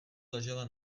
ležela